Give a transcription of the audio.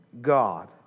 God